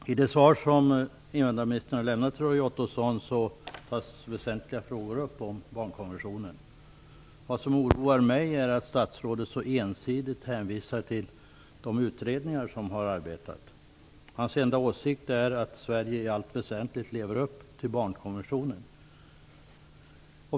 Herr talman! I det svar som invandrarministern har lämnat till Roy Ottosson tas väsentliga frågor om barnkonventionen upp. Vad som oroar mig är att statsrådet så ensidigt hänvisar till de utredningar som har arbetat. Hans enda åsikt är att Sverige i allt väsentligt lever upp till barnkonventionen.